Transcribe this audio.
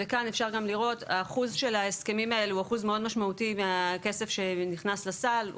אחוז ההסכמים האלה הוא אחוז מאוד משמעותי מהכסף שנכנס לסל.